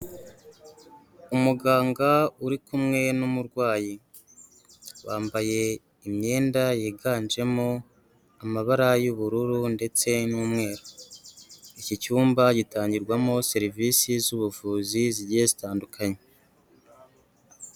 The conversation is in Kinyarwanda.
Umuganga uri kumwe n'umurwayi. Bambaye imyenda yiganjemo amabara y'ubururu ndetse n'umweru. Iki cyumba gitangirwamo serivisi z'ubuvuzi zigiye zitandukanye.